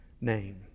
name